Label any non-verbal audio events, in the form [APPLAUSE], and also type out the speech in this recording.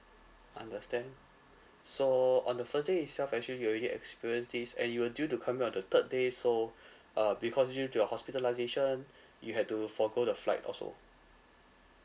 understand so on the first day itself actually you already experience this and you were due to come on the third day so [BREATH] uh because due to your hospitalisation you had to forgo the flight also